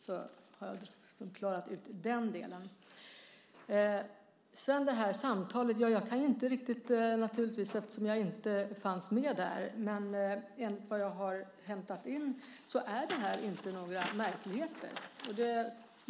Så har jag klarat ut den delen. När det gäller samtalet kan jag naturligtvis inte säga så mycket eftersom jag inte fanns med där, men enligt vad jag har hämtat in är det inte några märkligheter.